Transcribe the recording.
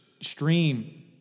stream